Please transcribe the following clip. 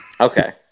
Okay